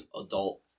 adult